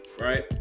right